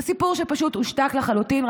זה סיפור שפשוט הושתק לחלוטין.